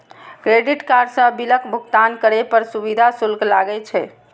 credit card सं बिलक भुगतान करै पर सुविधा शुल्क लागै छै